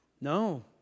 No